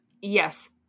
yes